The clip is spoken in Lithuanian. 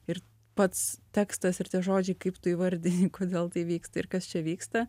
ir pats tekstas ir tie žodžiai kaip tu įvardini kodėl tai vyksta ir kas čia vyksta